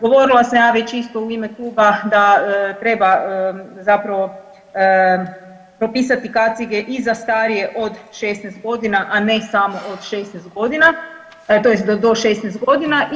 Govorila sam ja već isto u ime kluba da treba zapravo propisati kacige i za starije od 16 godina, a ne samo od 16 tj. do 16 godina.